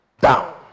down